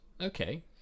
Okay